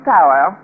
Tower